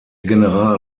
general